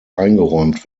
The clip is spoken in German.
eingeräumt